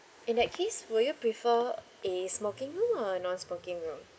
in that case will you prefer a smoking or non smoking room